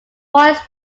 voice